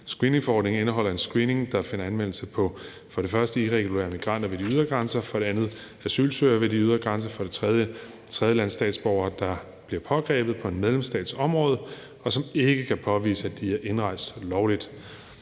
Screeningforordningen indeholder en screening, der finder anvendelse på for det første irregulære migranter ved de ydre grænser, for det andet asylsøgere ved de ydre grænser og for det tredje tredjelandsstatsborgere, der bliver pågrebet på en medlemsstats område, og som ikke kan påvise, at de er indrejst lovligt.